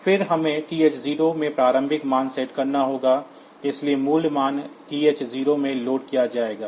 फिर हमें TH 0 में प्रारंभिक मान सेट करना होगा इसलिए मूल मान TH 0 में लोड किया जाएगा